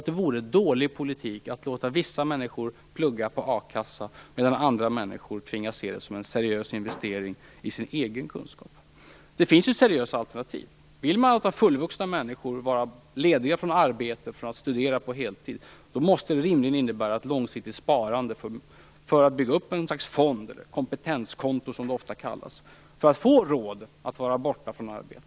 Det vore dålig politik att låta vissa människor plugga på a-kassa, medan andra tvingas se det som en seriös investering i egen kunskap. Det finns ju seriösa alternativ. Om man vill att fullvuxna människor skall vara lediga från sina arbeten för att studera på heltid, måste det till ett långsiktigt sparande, ett kompetenskonto, som det också kallas. Då kan man få råd att vara borta från arbetet.